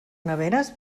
neveres